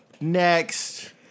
next